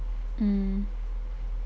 mm